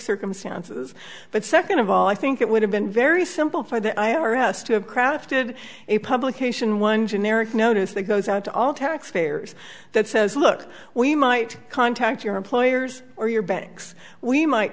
circumstances but second of all i think it would have been very simple for the i r s to have crafted a publication one generic notice that goes out to all taxpayers that says look we might contact your employers or your banks we might